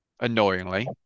Annoyingly